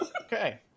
Okay